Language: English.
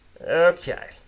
Okay